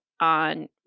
on